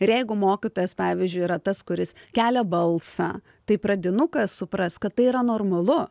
ir jeigu mokytojas pavyzdžiui yra tas kuris kelia balsą tai pradinukas supras kad tai yra normalu